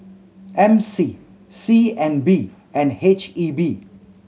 M C C N B and H E B